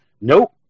nope